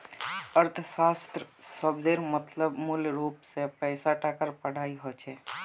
अर्थशाश्त्र शब्देर मतलब मूलरूप से पैसा टकार पढ़ाई होचे